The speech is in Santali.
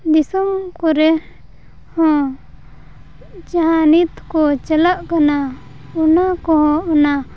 ᱫᱤᱥᱚᱢ ᱠᱚᱨᱮᱦᱚᱸ ᱡᱟᱦᱟᱸ ᱱᱤᱛᱠᱚ ᱪᱟᱞᱟᱜ ᱠᱟᱱᱟ ᱚᱱᱟᱠᱚᱦᱚᱸ ᱚᱱᱟ